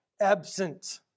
absent